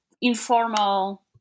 informal